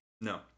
No